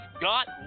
got